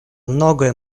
многое